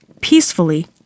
peacefully